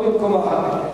לא במקומה.